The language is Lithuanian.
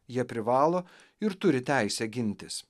jie privalo ir turi teisę gintis